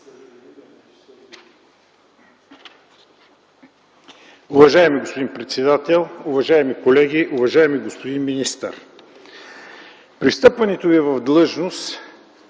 Уважаеми господин председател, уважаеми колеги, уважаеми господин министър. При встъпването Ви в длъжността